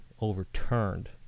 overturned